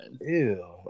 Ew